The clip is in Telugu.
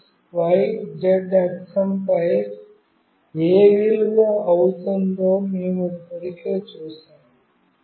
x y z అక్షంపై ఏ విలువ అందుతుందో మేము ఇప్పటికే చూశాము